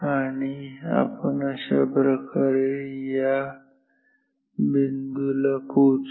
आणि आपण अशा प्रकारे या बिंदूला पोहोचू